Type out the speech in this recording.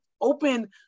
open